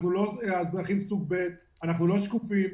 אנחנו לא אזרחים סוג ב', אנחנו לא שקופים.